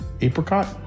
Apricot